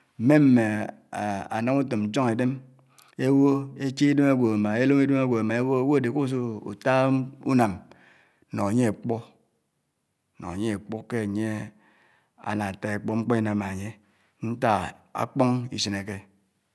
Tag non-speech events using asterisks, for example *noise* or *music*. . mè mmé ánám utóm nsòng idèm ébo éché idèm águò émá èlòmo idèm ágwò émà ébò águò ádè ku usotaa unám nò anyé ekpu *hesitation* nò ányè ékpu ké ányé. áná taa ékpu mkpò inàmma ányè nták á ákpòng isinèké.